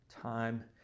Time